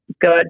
good